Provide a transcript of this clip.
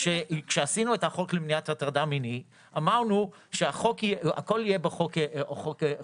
כשעשינו את החוק למניעת הטרדה מינית אמרנו שהכול יהיה בחוק אחד.